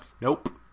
Nope